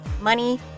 money